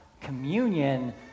communion